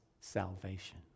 salvation